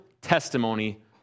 testimony